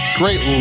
great